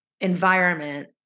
environment